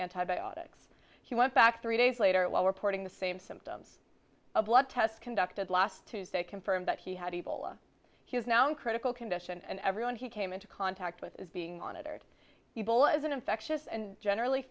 antibiotics he went back three days later while reporting the same symptoms a blood test conducted last tuesday confirmed that he had ebola he is now in critical condition and everyone he came into contact with is being monitored ebola is an infectious and generally